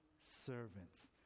servants